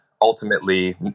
ultimately